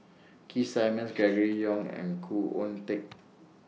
Keith Simmons Gregory Yong and Khoo Oon Teik